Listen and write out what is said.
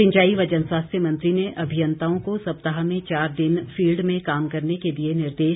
सिंचाई व जनस्वास्थ्य मंत्री ने अभियंताओं को सप्ताह में चार दिन फील्ड में काम करने के दिए निर्देश